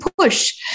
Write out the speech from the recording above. push